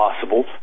possible